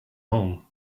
home